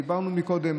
דיברנו על כך קודם